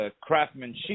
craftsmanship